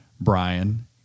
Brian